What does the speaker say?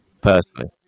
Personally